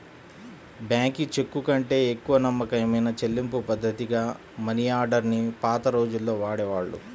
bank చెక్కుకంటే ఎక్కువ నమ్మకమైన చెల్లింపుపద్ధతిగా మనియార్డర్ ని పాత రోజుల్లో వాడేవాళ్ళు